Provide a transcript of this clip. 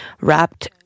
wrapped